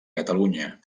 catalunya